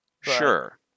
Sure